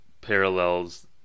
parallels